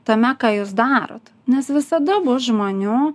tame ką jūs darot nes visada bus žmonių